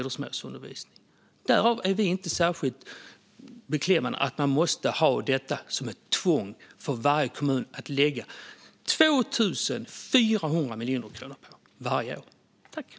Därför blir vi inte särskilt beklämda om kommunerna inte tvingas ha modersmålsundervisning. Det kostar 2 400 miljoner kronor varje år.